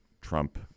Trump